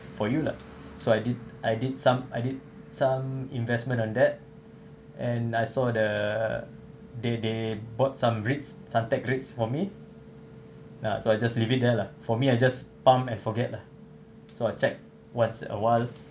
for you lah so I did I did some I did some investment on that and I saw the they they bought some REITs suntec REITs for me ah so I just leave it there lah for me I just pump and forget lah so I checked once a while